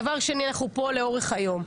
דבר שני, אנחנו פה לאורך היום.